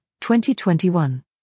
2021